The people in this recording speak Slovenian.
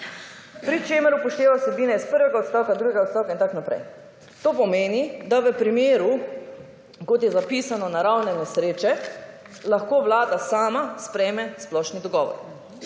pri čemer upošteva vsebine iz prvega, drugega odstavka in tako naprej. To pomeni, da v primeru kot je zapisano naravne nesreče lahko Vlada sama sprejme splošni dogovor.